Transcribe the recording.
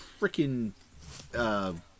freaking